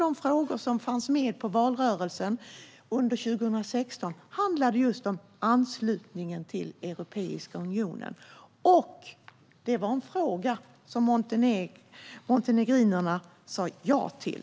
En fråga som fanns med i valrörelsen 2016 handlade om att ansluta sig till Europeiska unionen, och detta sa montenegrinerna ja till.